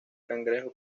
cangrejo